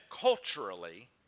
culturally